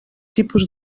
tipus